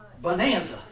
Bonanza